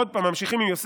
עוד פעם ממשיכים עם יוסף.